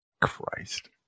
Christ